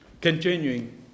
Continuing